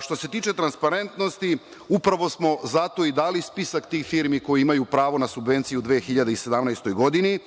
Što se tiče transparentnosti, upravo smo zato i dali spisak tih firmi koje imaju pravo na subvenciju u 2017. godini,